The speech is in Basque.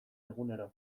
egunero